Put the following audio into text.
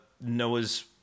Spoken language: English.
Noah's